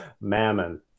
Mammon